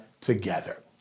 together